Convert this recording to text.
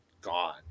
gone